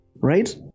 right